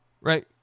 right